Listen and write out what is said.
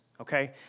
okay